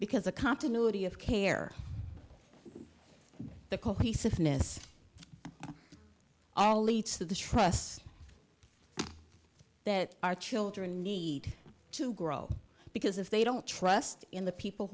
because a continuity of care the cohesiveness all leads to the trust that our children need to grow because if they don't trust in the people